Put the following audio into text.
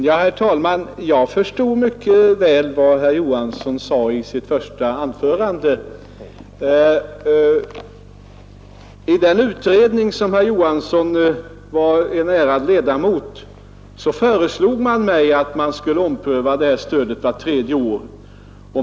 Herr talman! Jag förstod mycket väl vad herr Johansson i Holmgården sade i sitt första anförande. I den utredning där herr Johansson var en ärad ledamot föreslog man mig att det här stödet skulle omprövas vart tredje år.